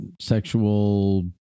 sexual